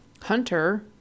hunter